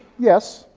yes,